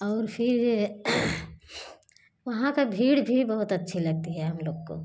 और फिर वहाँ का भीड़ भी बहुत अच्छी लगती है हम लोग को